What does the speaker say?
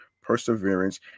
Perseverance